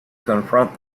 confront